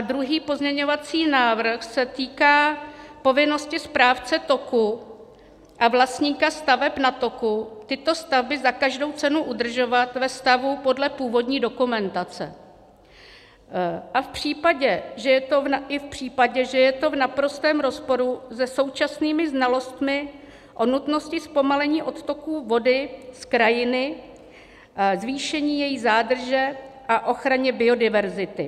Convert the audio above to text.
Druhý pozměňovací návrh se týká povinnosti správce toku a vlastníka staveb na toku tyto stavby za každou cenu udržovat ve stavu podle původní dokumentace i v případě, že je to v naprostém rozporu se současnými znalostmi o nutnosti zpomalení odtoků vody z krajiny, zvýšení její zádrže a ochraně biodiverzity.